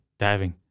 diving